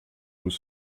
vous